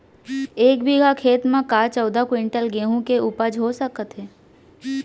एक बीघा खेत म का चौदह क्विंटल गेहूँ के उपज ह होथे का?